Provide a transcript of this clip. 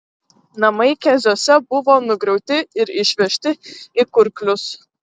namai keziuose buvo nugriauti ir išvežti į kurklius